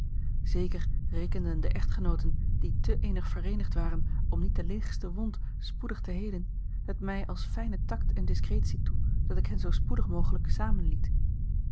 zeker rekenden de echtgenooten die te innig vereenigd waren om niet de lichtste wond spoedig te heelen het mij als fijne tact en discretie toe dat ik hen zoo spoedig mogelijk samen liet